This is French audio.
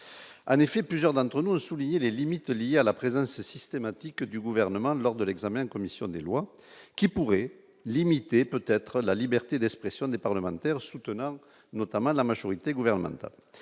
un fait plusieurs d'entre nous ont souligné les limites liées à la présence systématique du gouvernement lors de l'examen, commission des lois qui pourrait limiter peut-être la liberté d'expression des parlementaires soutenant notamment la majorité gouvernementale,